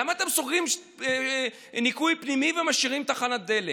למה אתם סוגרים ניקוי פנימי ומשאירים תחנת דלק?